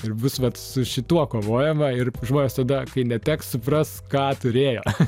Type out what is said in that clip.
ir bus vat su šituo kovojama ir žmonės tada kai neteks supras ką turėjo